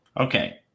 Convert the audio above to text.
Okay